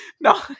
no